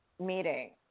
meeting